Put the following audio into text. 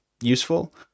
useful